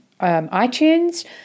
iTunes